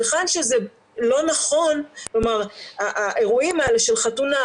אז היכן שזה לא נכון האירועים של חתונה,